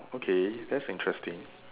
okay that's interesting